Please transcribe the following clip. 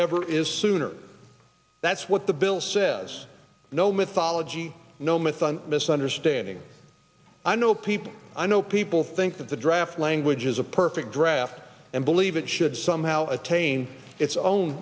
ever is sooner that's what the bill says no mythology no myth on misunderstanding i know people i know people think that the draft language is a perfect draft and believe it should somehow attain its own